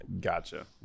Gotcha